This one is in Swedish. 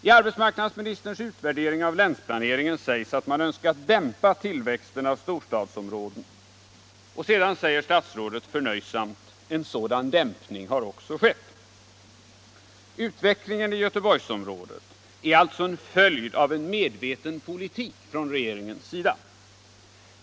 I arbetsmarknadsministerns utvärdering av länsplaneringen sägs att man önskar dämpa tillväxten av storstadsområdena, och sedan säger statsrådet förnöjsamt: ”En sådan dämpning har också skett.” Utvecklingen i Göteborgsområdet är således en följd av en medveten politik från regeringens sida.